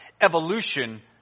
Evolution